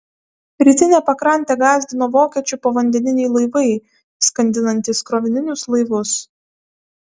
rytinę pakrantę gąsdino vokiečių povandeniniai laivai skandinantys krovininius laivus